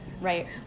Right